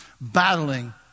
battling